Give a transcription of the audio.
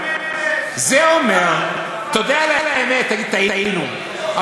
אומר, זה אומר, תודה על האמת, תגיד: טעינו.